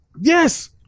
yes